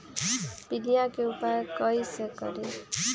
पीलिया के उपाय कई से करी?